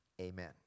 Amen